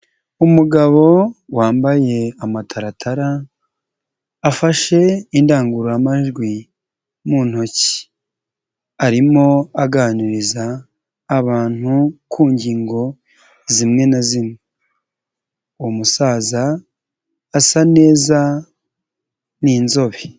Umugabo wambaye amataratara, afashe indangururamajwi mu ntoki, arimo aganiriza abantu ku ngingo zimwe na zimwe, uwo umusaza asa neza n'inzobe.